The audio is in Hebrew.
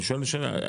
אני שואל ששאלה.